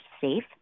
safe